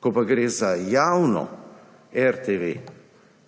Ko gre za javno RTV,